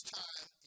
time